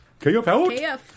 Kf